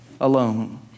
alone